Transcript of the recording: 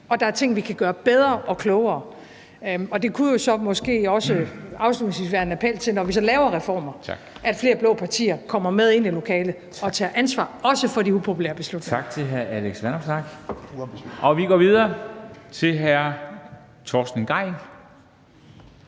ikke er ting, vi kan gøre bedre og klogere. Det kunne jo så måske også afslutningsvis være en appel til, at flere blå partier, når vi laver reformer, kommer med ind i lokalet og tager ansvar, også for de upopulære beslutninger.